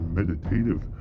meditative